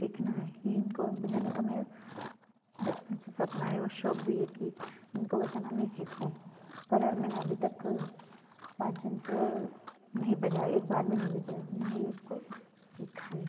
सीखना है ये इनको बजाने का मेरा बचपन से सपना है और शौक भी है कि इनको बजाना मैं सीखूं पर मैंने अभी तक वाद्ययंत्र नहीं बजाया एक बार भी नहीं बजाया ना ही उसको सीखा है